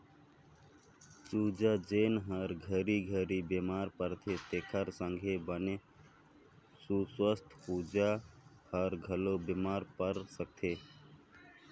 चूजा जेन हर घरी घरी बेमार परथे तेखर संघे बने सुवस्थ चूजा हर घलो बेमार पर सकथे